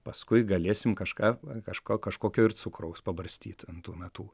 paskui galėsim kažką kažko kažkokio ir cukraus pabarstyt ant tų natų